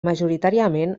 majoritàriament